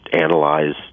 analyze